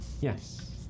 Yes